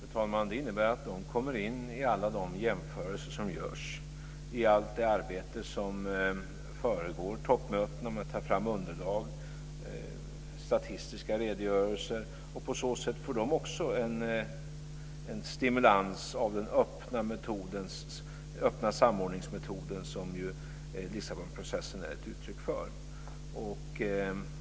Fru talman! Det innebär att de kommer in i alla de jämförelser som görs via allt det arbete med att ta fram underlag och statistiska redogörelser som föregår toppmöten. På så sätt får de också en stimulans av den öppna samordningsmetoden som Lissabonprocessen är ett uttryck för.